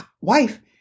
wife